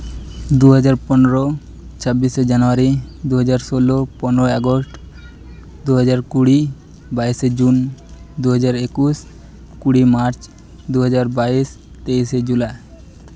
ᱫᱩ ᱦᱟᱡᱟᱨ ᱯᱚᱱᱮᱨᱚ ᱪᱷᱟᱵᱵᱤᱥᱮ ᱡᱟᱱᱩᱣᱟᱨᱤ ᱫᱩ ᱦᱟᱡᱟᱨ ᱥᱳᱞᱞᱳ ᱯᱚᱱᱨᱚᱭ ᱟᱜᱚᱥᱴ ᱫᱩ ᱦᱟᱡᱟᱨ ᱠᱩᱲᱤ ᱵᱟᱭᱤᱥᱮ ᱡᱩᱱ ᱫᱩ ᱦᱟᱡᱟᱨ ᱮᱠᱩᱥ ᱠᱩᱲᱤ ᱢᱟᱨᱪ ᱫᱩ ᱦᱟᱡᱟᱨ ᱵᱟᱭᱤᱥ ᱛᱮᱭᱤᱥᱮ ᱡᱩᱞᱟᱭ